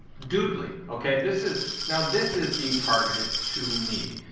doodly, okay, this is. now, this is being targeted to me.